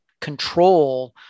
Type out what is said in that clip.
control